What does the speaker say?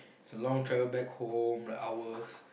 it's a long travel back home the hours